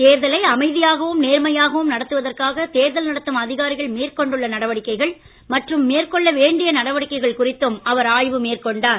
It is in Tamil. தேர்தலை அமைதியாகவும் நேர்மையாகவும் நடத்துவதற்காக தேர்தல் நடத்தும் அதிகாரிகள் மேற்கொண்டுள்ள நடவடிக்கைகள் மற்றும் மேற்கொள்ள வேண்டிய நடவடிக்கைகள் குறித்தும் அவர் ஆய்வு மேற்கொண்டார்